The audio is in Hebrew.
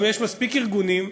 גם יש מספיק ארגונים,